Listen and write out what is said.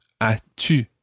as-tu